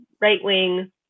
right-wing